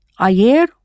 ayer